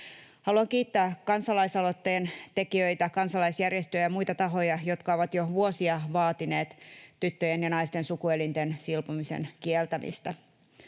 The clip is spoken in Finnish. Haluan kiittää kansalaisaloitteen tekijöitä, kansalaisjärjestöjä ja muita tahoja, jotka ovat jo vuosia vaatineet tyttöjen ja naisten sukuelinten silpomisen kieltämistä.